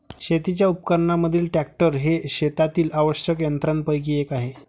शेतीच्या उपकरणांमधील ट्रॅक्टर हे शेतातील आवश्यक यंत्रांपैकी एक आहे